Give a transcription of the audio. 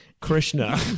Krishna